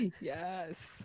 Yes